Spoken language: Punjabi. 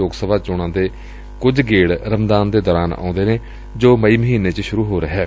ਲੋਕ ਸਭਾ ਚੋਣਾਂ ਦੇ ਕੁਝ ਗੇੜ ਰਮਦਾਨ ਦੇ ਦੌਰਾਨ ਆਉਂਦੇ ਨੇ ਜੋ ਮਈ ਮਹੀਨੇ ਚ ਸ਼ੁਰੂ ਹੋ ਰਿਹੈ